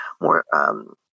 more